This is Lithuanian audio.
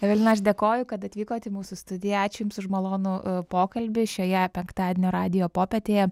evelina aš dėkoju kad atvykot į mūsų studiją ačiū jums už malonų pokalbį šioje penktadienio radijo popietėje